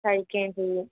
കഴിക്കുവേം ചെയ്യും